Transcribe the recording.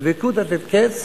הדבקות עד אין קץ